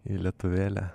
į lietuvėlę